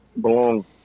belong